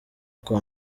kwa